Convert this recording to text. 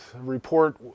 report